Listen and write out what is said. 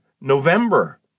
November